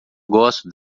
gosto